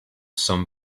some